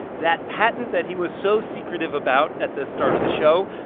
that patent that he was so secretive about at the start of the show,